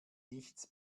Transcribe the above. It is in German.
nichts